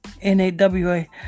N-A-W-A